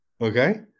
okay